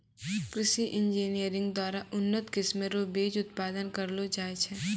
कृषि इंजीनियरिंग द्वारा उन्नत किस्म रो बीज उत्पादन करलो जाय छै